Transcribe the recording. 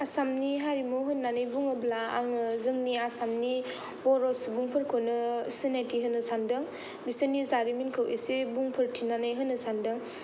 आसामनि हारिमु होननानै बुङोब्ला आङो जोंनि आसामनि बर' सुबुंफोरखौनो सिनायथि होनो सानदों बिसोरनि जारिमिनखौ एसे बुंफोरथिनानै होनो सानदों